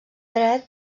dret